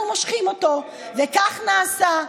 אנחנו מושכים אותו, וכך נעשה.